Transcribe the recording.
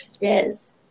yes